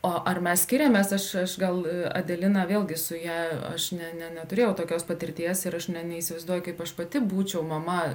o ar mes skiriamės aš aš gal adelina vėlgi su ja aš ne ne neturėjau tokios patirties ir aš ne neįsivaizduoju kaip aš pati būčiau mama